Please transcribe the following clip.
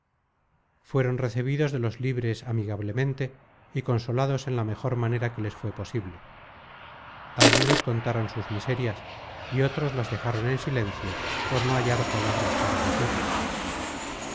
fueron recebidos de los libres amigablemente y consolados en la mejor manera que les fué posible algunos contaron sus miserias y otros las dejaron en silencio por no hallar palabras para decirlas